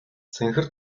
цэнхэр